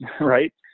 right